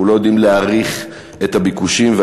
אנחנו לא יודעים להעריך את הביקושים,